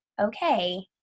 okay